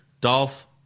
Dolph